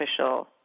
official